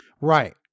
Right